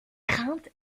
crainte